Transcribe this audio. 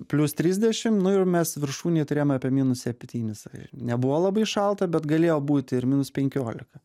plius trisdešim nu ir mes viršūnėj turėjom apie minus septynis nebuvo labai šalta bet galėjo būti ir minus penkiolika